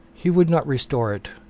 he would not restore it.